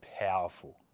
powerful